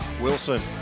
Wilson